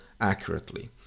accurately